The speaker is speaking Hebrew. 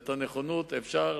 ואת הנכונות אפשר